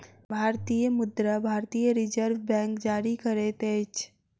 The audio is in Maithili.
भारतीय मुद्रा भारतीय रिज़र्व बैंक जारी करैत अछि